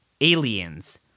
aliens